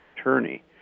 attorney